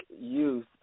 youth